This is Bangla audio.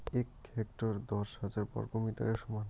এক হেক্টর দশ হাজার বর্গমিটারের সমান